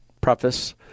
preface